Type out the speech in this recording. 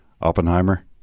Oppenheimer